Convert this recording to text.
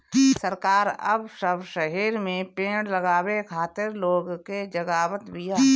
सरकार अब सब शहर में पेड़ लगावे खातिर लोग के जगावत बिया